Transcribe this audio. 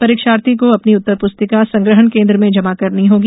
परीक्षार्थी को अपनी उत्तर प्रस्तिका संग्रहण केन्द्र में जमा करना होगी